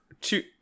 two